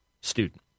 student